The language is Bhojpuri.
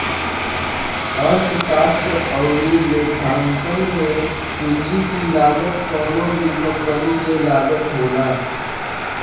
अर्थशास्त्र अउरी लेखांकन में पूंजी की लागत कवनो भी कंपनी के लागत होला